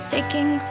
Taking